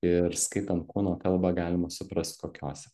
ir skaitant kūno kalbą galima suprast kokiose